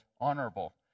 honorable